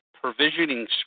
provisioning